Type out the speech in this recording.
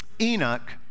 Enoch